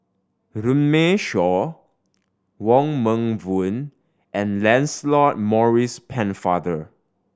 Runme Shaw Wong Meng Voon and Lancelot Maurice Pennefather